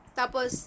tapos